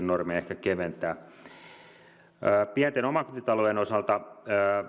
normeja ehkä keventää pienten omakotitalojen osalta